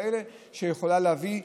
שיכולה להביא,